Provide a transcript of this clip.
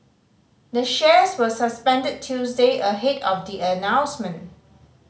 the shares were suspended Tuesday ahead of the announcement